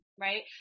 right